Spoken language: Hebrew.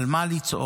על מה לצעוק,